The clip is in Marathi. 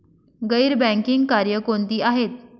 गैर बँकिंग कार्य कोणती आहेत?